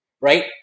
right